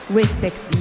respect